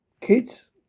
kids